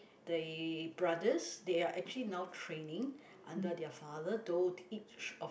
they brothers they are actually now training under their father tho each of